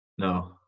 No